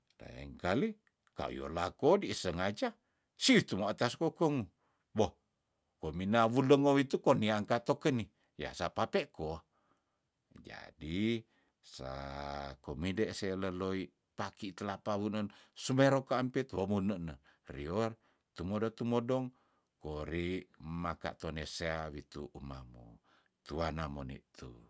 Lengkaki kayo lako di sengaja situ mo atas kokong no woh komina wuleng ngo witu koniang kato keni yah sapa pe ko jadi sako mide seleloi paki telapa wunen sumero ka ampit lomunene rior tumodo- tumodong kori maka tonesea witu umangmo tuana moni tu.